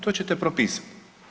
To ćete propisati.